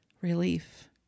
Relief